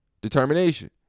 determination